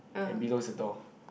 and below the door